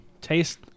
Taste